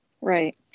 Right